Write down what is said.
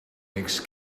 makes